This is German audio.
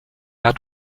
hat